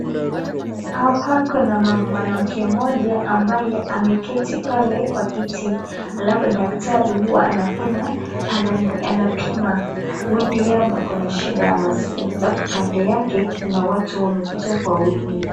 Hapa kuna mwanamke mmoja ambaye ameketi pale kwa kiti alafu daktari huyu anafanya anapima huenda ye ako na shida ya masikio alafu kando yake kuna watu wamekuja kwa wingi.